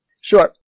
Sure